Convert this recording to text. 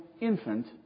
infant